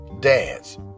dance